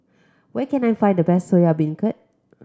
where can I find the best Soya Beancurd